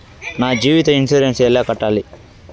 నా జీవిత ఇన్సూరెన్సు ఎలా కట్టాలి?